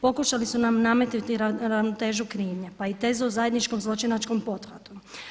Pokušali su nam nametnuti ravnotežu krivnje, pa i tezu o zajedničkom zločinačkom pothvatu.